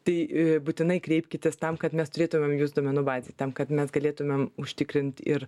tai būtinai kreipkitės tam kad mes turėtumėm jus duomenų bazėj tam kad mes galėtumėm užtikrint ir